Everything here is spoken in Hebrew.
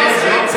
שב, שב, שב.